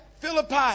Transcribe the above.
Philippi